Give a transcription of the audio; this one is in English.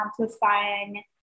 amplifying